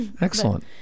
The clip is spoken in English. Excellent